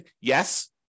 Yes